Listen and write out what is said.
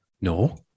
No